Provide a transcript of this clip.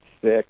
six